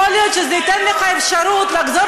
יכול להיות שזה ייתן לך אפשרות לחזור